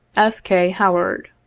f. k. howard.